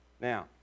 Now